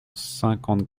cinquante